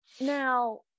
now